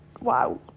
Wow